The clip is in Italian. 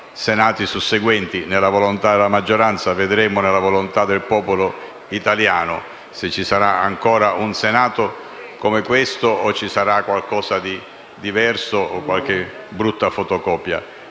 Senati susseguenti, almeno nella volontà di questa maggioranza; poi vedremo se, nella volontà del popolo italiano, ci sarà ancora un Senato come questo oppure qualcosa di diverso (qualche brutta fotocopia).